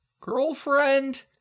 girlfriend